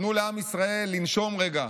תנו לעם ישראל לנשום רגע,